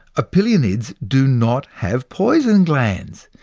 opilionids do not have poison glands.